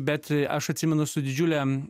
bet aš atsimenu su didžiulėm